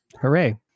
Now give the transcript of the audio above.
Hooray